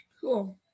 Cool